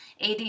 AD